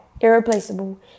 Irreplaceable